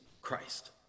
Christ